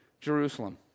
Jerusalem